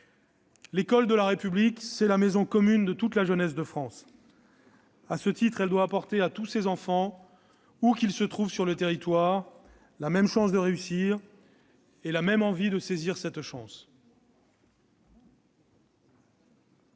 L'école de la République, c'est la maison commune de toute la jeunesse de France. À ce titre, elle doit apporter à tous ses enfants, où qu'ils se trouvent sur le territoire, la même chance de réussir et la même envie de saisir cette chance.